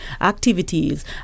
activities